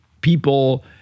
people